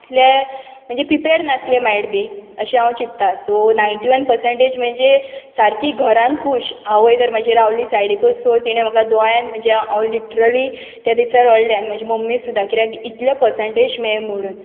तितलें म्हणजे प्रिपॅड नासलें मायट बी अशें हांव चिंत्ता सो नायण्टी वन पर्संटेज म्हणजे सारकी घरांत खूश आवय तर म्हजी रावल्ली सायडीकूच सो तिणें म्हाका दोळ्यांत म्हज्या हांव लिटरली त्या दिसा रडलें आनी म्हजी मम्मी सुद्दां कित्याक इतल्यो पर्संटेज मेळे म्हुणून